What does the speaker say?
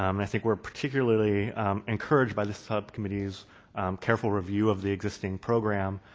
um i think we're particularly encouraged by the subcommittee's careful review of the existing program,